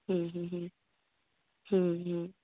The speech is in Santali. ᱦᱩᱸ ᱦᱩᱸ ᱦᱩᱸ ᱦᱩᱸ ᱦᱩᱸ ᱦᱩᱸ